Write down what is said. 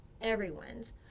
everyone's